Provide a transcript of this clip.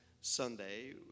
sunday